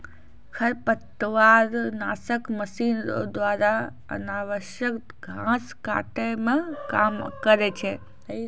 खरपतवार नासक मशीन रो द्वारा अनावश्यक घास काटै मे काम करै छै